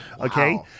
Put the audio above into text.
okay